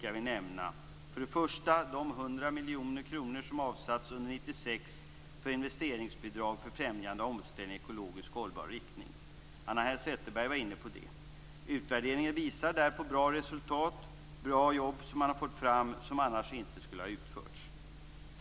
Jag vill nämna de 100 miljoner kronor som avsattes under 1996 för investeringsbidrag för främjande av omställning i ekologiskt hållbar riktning. Hanna Zetterberg var inne på det. Utvärderingen visar på bra resultat. Man har fått fram bra jobb som annars inte skulle ha utförts.